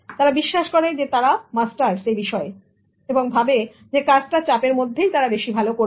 তারা বিশ্বাস করে যে তারা মাস্টার্স এবং তারা ভাবে তারা কাজটা চাপের মধ্যেই বেশি ভালো করবে